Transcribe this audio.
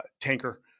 tanker